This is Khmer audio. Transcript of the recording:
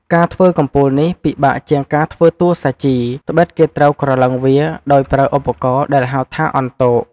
ការធ្វើកំពូលនេះ ពិបាកជាងការធ្វើតួសាជី ដ្បិតគេត្រូវក្រឡឹងវាដោយប្រើឧបករណ៍ដែលហៅថាអន្ទោក។